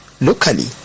Locally